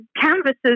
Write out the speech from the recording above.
canvases